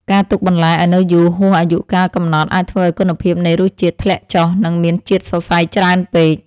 ការទុកបន្លែឱ្យនៅយូរហួសអាយុកាលកំណត់អាចធ្វើឱ្យគុណភាពនៃរសជាតិធ្លាក់ចុះ និងមានជាតិសរសៃច្រើនពេក។